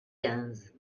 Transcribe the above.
quinze